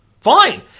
Fine